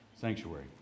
sanctuary